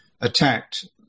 attacked